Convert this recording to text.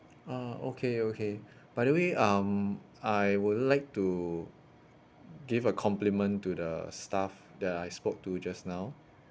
ah okay okay by the way um I would like to give a compliment to the staff that I spoke to just now